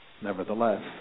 nevertheless